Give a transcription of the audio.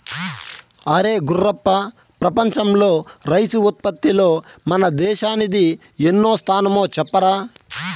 అరే గుర్రప్ప ప్రపంచంలో రైసు ఉత్పత్తిలో మన దేశానిది ఎన్నో స్థానమో చెప్పరా